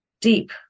deep